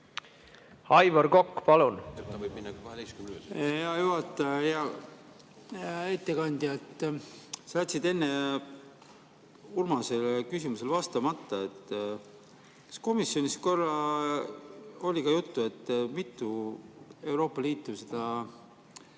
Aivar Kokk, palun!